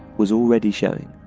was already showing.